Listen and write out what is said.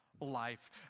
life